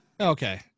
Okay